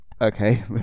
Okay